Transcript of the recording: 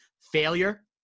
failure